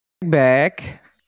Back